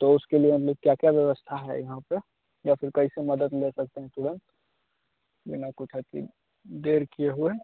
तो उसके लिए हम लोग क्या क्या व्यवस्था है यहाँ पर या फिर कैसे मदद ले सकते हैं तुरंत बिना कुछ अथी देर किए हुए